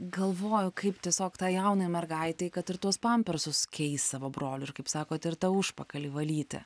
galvoju kaip tiesiog tai jaunai mergaitei kad ir tuos pampersus keist savo broliui ir kaip sakot ir tą užpakalį valyti